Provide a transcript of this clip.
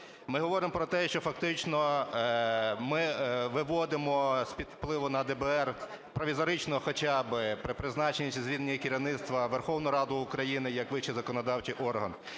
Ми говоримо про те, що фактично ми виводимо з-під впливу на ДБР провізорично хоча би при призначенні чи звільненні керівництва Верховну Раду України як вищий законодавчий орган,